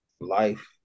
life